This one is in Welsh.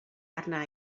arna